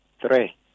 Three